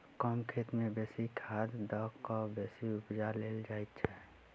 कम खेत मे बेसी खाद द क बेसी उपजा लेल जाइत छै